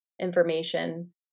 information